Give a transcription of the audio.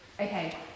okay